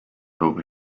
over